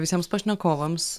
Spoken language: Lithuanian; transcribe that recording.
visiems pašnekovams